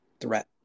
threat